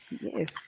Yes